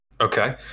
Okay